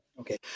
Okay